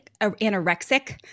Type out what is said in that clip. anorexic